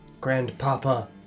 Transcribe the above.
Grandpapa